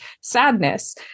sadness